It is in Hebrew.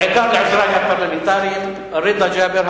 בעיקר לעוזרי הפרלמנטריים רדא ג'אבר,